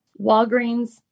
Walgreens